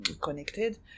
connected